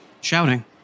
shouting